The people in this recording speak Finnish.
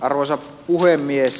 arvoisa puhemies